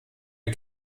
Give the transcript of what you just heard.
mir